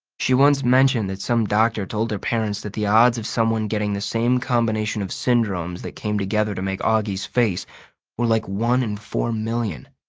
she once mentioned that some doctor told her parents that the odds of someone getting the same combination of syndromes that came together to make auggie's face were like one in four million.